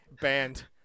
Banned